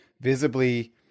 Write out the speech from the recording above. visibly